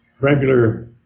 regular